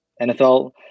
NFL